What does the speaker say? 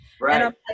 Right